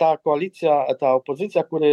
ta koalicija ta opozicija kuri